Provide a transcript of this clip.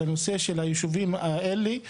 על הנושא של היישובים האלה.